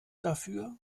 dafür